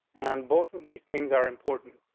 and both of these things are important.